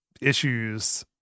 issues